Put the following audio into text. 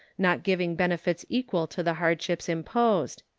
not giving benefits equal to the hardships imposed.